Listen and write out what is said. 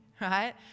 right